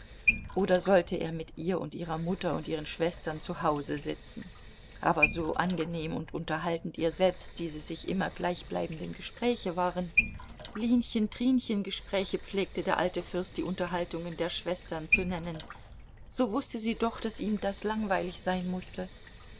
oder sollte er mit ihr und ihrer mutter und ihren schwestern zu hause sitzen aber so angenehm und unterhaltend ihr selbst diese sich immer gleichbleibenden gespräche waren linchen trinchen gespräche pflegte der alte fürst die unterhaltungen der schwestern zu nennen so wußte sie doch daß ihm das langweilig sein mußte